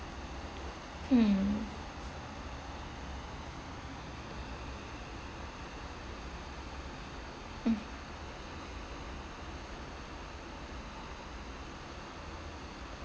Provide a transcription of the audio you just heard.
mm